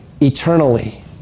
eternally